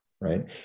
right